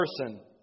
person